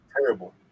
Terrible